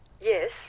Yes